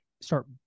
start